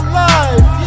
life